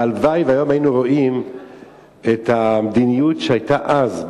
הלוואי שהיום היינו רואים את המדיניות שהיתה אז,